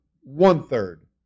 one-third